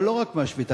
אבל לא רק מהשביתה,